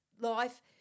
life